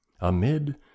Amid